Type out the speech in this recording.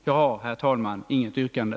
Jag har, herr talman, inget yrkande.